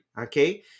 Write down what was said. okay